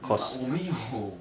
ya but 我没有